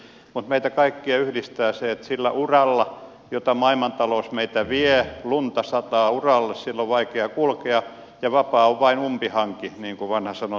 mutta meitä kaikkia yhdistää se että sillä uralla jolla maailmantalous meitä vie lunta sataa uralle sillä on vaikea kulkea ja vapaa on vain umpihanki niin kuin vanha sanonta tietää